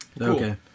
okay